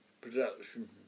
Production